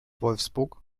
wolfsburg